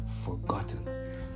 forgotten